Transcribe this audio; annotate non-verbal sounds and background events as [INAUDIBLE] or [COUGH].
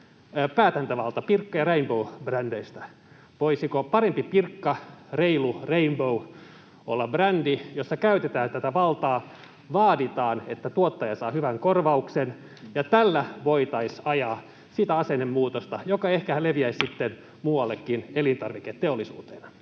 päätäntävalta Pirkka- ja Rainbow-brändeistä. Voisiko ”Parempi Pirkka”, ”Reilu Rainbow” olla brändi, jossa käytetään tätä valtaa ja vaaditaan, että tuottaja saa hyvän korvauksen? Tällä voitaisiin ajaa sitä asennemuutosta, joka ehkä leviäisi sitten [NOISE] muuallekin elintarviketeollisuuteen.